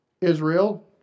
Israel